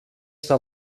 στα